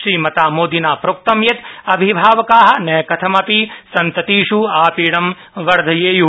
श्रीमता मोदिना उक्तं यत् अभिभावका न कथमापि सन्ततिष् आपीडं वर्धयेय्